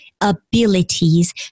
abilities